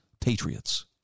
patriots